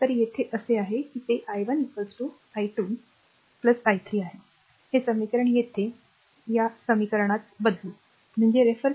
तर येथे असे आहे की ते i1 i2 i2 i3आहे हे समीकरण येथे या समीकरणात बदलू